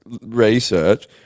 research